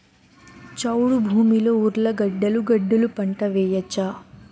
చౌడు భూమిలో ఉర్లగడ్డలు గడ్డలు పంట వేయచ్చా?